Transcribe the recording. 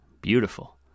Beautiful